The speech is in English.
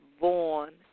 born